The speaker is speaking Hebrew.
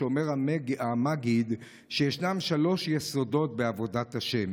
אומר המגיד שישנם שלושה יסודות בעבודת השם